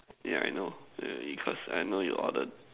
ya I know because I know you ordered